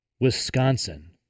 Wisconsin